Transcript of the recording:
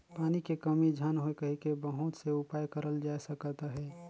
पानी के कमी झन होए कहिके बहुत से उपाय करल जाए सकत अहे